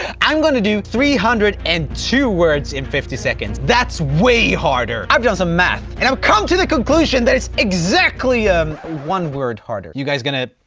i'm gonna do three hundred and two words in fifty seconds. that's way harder. i've done some math, and i've come to the conclusion, that it's exactly one word harder. you guys gonna